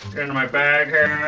into my bag here.